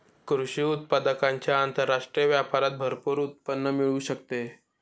कृषी उत्पादकांच्या आंतरराष्ट्रीय व्यापारात भरपूर उत्पन्न मिळू शकते